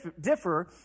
differ